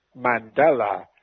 Mandela